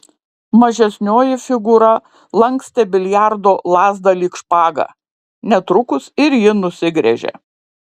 mažesnioji figūra lankstė biliardo lazdą lyg špagą netrukus ir ji nusigręžė